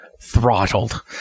throttled